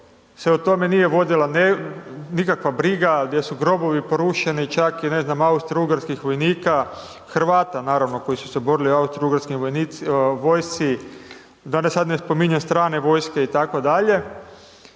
se o tome nije vodila nikakva briga, gdje su grobovi porušeni, čak ne znam i Austro-Ugarskih vojnika, Hrvata naravno koji su se borili u Austro-Ugarskoj vojsci, da sad ne spominjem strane vojske itd.